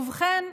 ובכן,